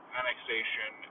annexation